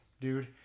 dude